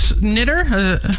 knitter